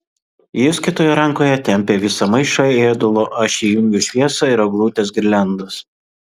jis kitoje rankoje tempia visą maišą ėdalo aš įjungiu šviesą ir eglutės girliandas